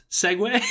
segue